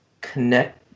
connect